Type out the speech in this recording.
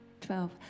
Twelve